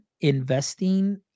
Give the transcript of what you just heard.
investing